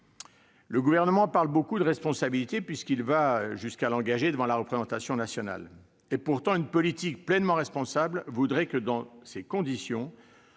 Le Gouvernement parle beaucoup de responsabilité, puisqu'il va jusqu'à l'engager devant la représentation nationale. Pourtant, une politique pleinement responsable voudrait que, dans ces conditions,